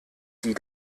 die